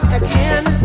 again